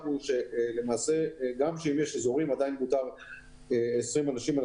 הוא שגם אם יש אזורים עדיין מותר 20 אנשים.